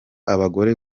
abagore